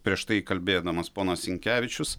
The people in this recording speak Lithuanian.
prieš tai kalbėdamas ponas sinkevičius